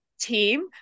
team